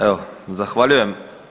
Evo, zahvaljujem.